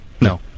No